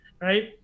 right